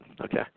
okay